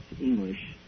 English